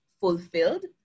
fulfilled